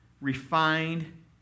refined